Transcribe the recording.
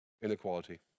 Inequality